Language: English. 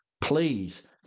please